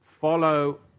follow